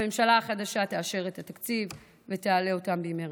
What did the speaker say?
הממשלה החדשה תאשר ותעלה אותם במהרה.